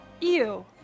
Ew